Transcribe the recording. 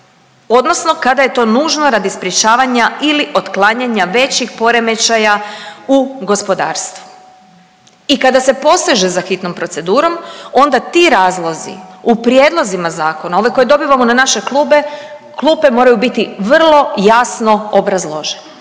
odnosno kada je to nužno radi sprječavanja ili otklanjanja većih poremećaja u gospodarstvu i kada se poseže za hitnom procedurom onda ti razlozi u prijedlozima zakona, ove koje dobivamo na naše klupe, moraju biti vrlo jasno obrazloženi.